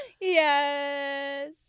Yes